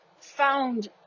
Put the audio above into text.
found